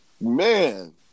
man